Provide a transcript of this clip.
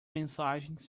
mensagens